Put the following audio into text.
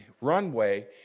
runway